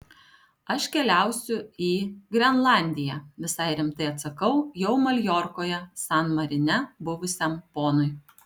aš keliausiu į grenlandiją visai rimtai atsakau jau maljorkoje san marine buvusiam ponui